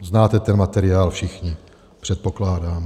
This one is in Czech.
Znáte ten materiál všichni, předpokládám.